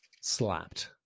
slapped